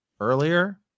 earlier